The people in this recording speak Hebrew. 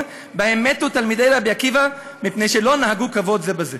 שבהם מתו תלמידי רבי עקיבא מפני שלא נהגו כבוד זה בזה.